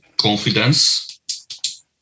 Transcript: confidence